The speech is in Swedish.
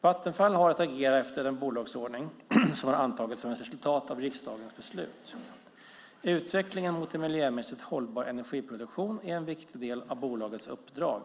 Vattenfall har att agera efter den bolagsordning som har antagits som ett resultat av riksdagens beslut. Utvecklingen mot en miljömässigt hållbar energiproduktion är en viktig del av bolagets uppdrag.